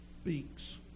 speaks